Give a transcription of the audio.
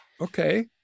Okay